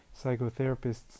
psychotherapists